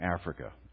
Africa